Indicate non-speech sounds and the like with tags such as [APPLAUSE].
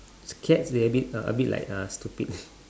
[NOISE] cats they a bit uh a bit like uh stupid [LAUGHS]